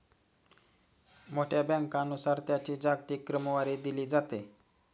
मोठ्या बँकांनुसार त्यांची जागतिक क्रमवारी दिली जाते